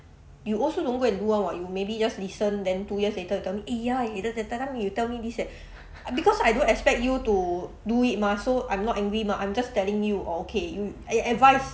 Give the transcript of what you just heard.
you also don't go and do [one] [what] you maybe just listen then two years later you tell me eh ya th~ th~ that time you tell me this eh because I don't expect you to do it mah so I'm not angry mah I'm just telling you orh okay you I advise